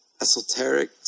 esoteric